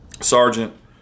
sergeant